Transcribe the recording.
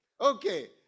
Okay